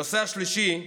הנושא השלישי: